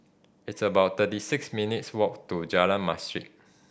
it's about thirty six minutes' walk to Jalan Masjid